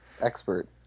expert